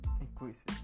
increases